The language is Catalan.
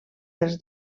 dels